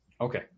Okay